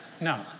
No